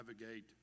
navigate